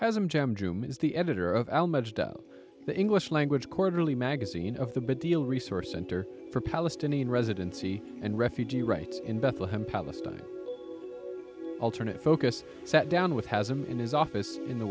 room is the editor of the english language quarterly magazine of the big deal resource center for palestinian residency and refugee rights in bethlehem palestine alternate focus sat down with has him in his office in the